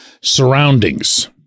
surroundings